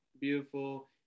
beautiful